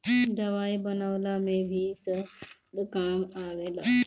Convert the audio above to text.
दवाई बनवला में भी शहद काम आवेला